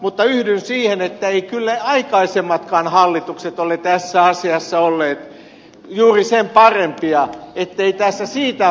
mutta yhdyn siihen että eivät kyllä aikaisemmatkaan hallitukset ole tässä asiassa olleet juuri sen parempia ei tässä siitä ole kysymys